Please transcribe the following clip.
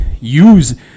use